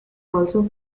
also